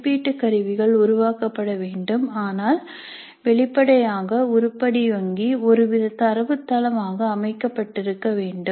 மதிப்பீட்டுக் கருவிகள் உருவாக்கப்படவேண்டும் ஆனால் வெளிப்படையாக உருப்படி வங்கி ஒருவித தரவுத்தளம் ஆக அமைக்கப்பட்டிருக்க வேண்டும்